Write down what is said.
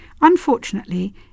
Unfortunately